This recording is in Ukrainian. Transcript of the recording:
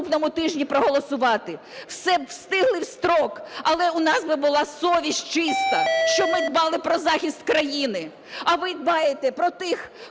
Дякую.